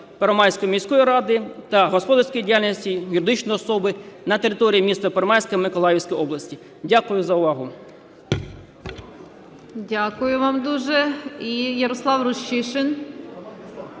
громадської міської ради та господарської діяльності юридичної особи на території міста Первомайська Миколаївської області. Дякую за увагу.